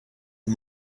and